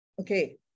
Okay